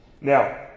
Now